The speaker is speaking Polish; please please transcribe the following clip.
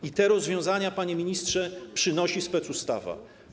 I te rozwiązania, panie ministrze, przynosi specustawa.